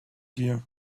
here